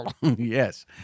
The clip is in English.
Yes